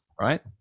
right